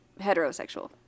heterosexual